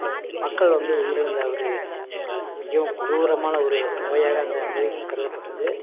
மக்கள் வந்து உயிர் இழந்த ஒரு மிகவும் கொடூரமான ஒரு நோயாக அந்த நோய் கருதப்பட்டது